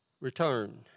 return